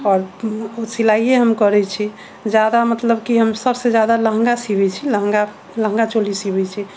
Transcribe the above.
आओर सिलाइये हम करै छी जादा मतलब कि हम सबसे जादा लहँगा सिबै छी लहँगा लहँगा चोली सिबै छी